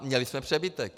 Měli jsme přebytek.